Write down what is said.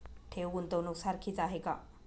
ठेव, गुंतवणूक सारखीच आहे का?